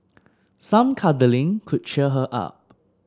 some cuddling could cheer her up